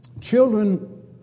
Children